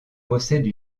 possède